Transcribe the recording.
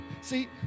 See